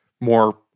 more